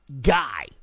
guy